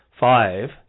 Five